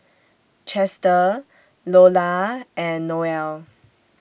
Chester Lola and Noel